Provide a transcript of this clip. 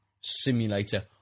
simulator